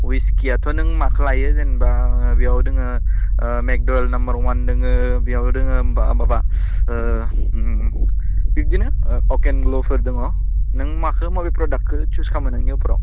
विसखिआथ' नों माखौ लायो जेनेबा बेयाव दङ मेगदवेल नाम्बार वान दङ बेयाव दङ माबा बिब्दिनो अकेन ग्ल'फोर दङ नों माखौ बबे प्रदाक्टखौ सुज खालामो नोंनि उपराव